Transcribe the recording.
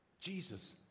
Jesus